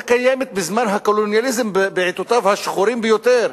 קיימת בזמן הקולוניאליזם בעתותיו השחורות ביותר.